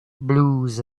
blues